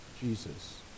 Jesus